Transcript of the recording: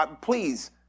please